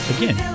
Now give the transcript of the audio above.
Again